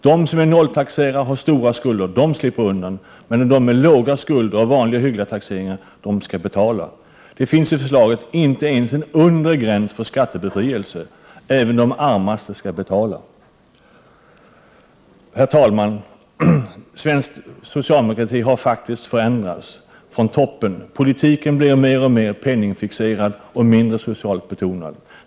Nolltaxerare och personer med stora skulder slipper undan, medan personer med vanliga taxerade inkomster och låga skulder skall betala. Det finns i förslaget inte ens en undre gräns för skattebefrielse. Även de armaste skall betala. Herr talman! Svensk socialdemokrati har faktiskt förändrats från toppen. Politiken blir mer och mer penningfixerad och mindre socialt betonad.